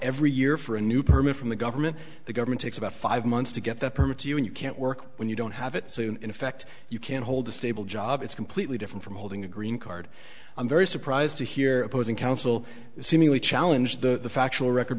every year for a new permit from the government the government takes about five months to get the permit to you and you can't work when you don't have it so in effect you can hold a stable job it's completely different from holding a green card i'm very surprised to hear opposing counsel seemingly challenge the factual record